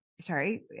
sorry